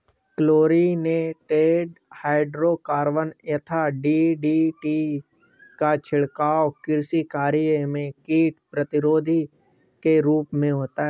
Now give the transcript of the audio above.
chlorinated hydrocarbon यथा DDT का छिड़काव कृषि कार्य में कीट प्रतिरोधी के रूप में होता है